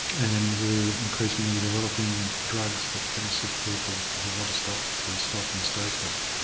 and we are increasingly developing drugs that can assist people who want to stop to stop and stay stopped.